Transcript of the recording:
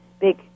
big